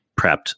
prepped